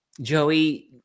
Joey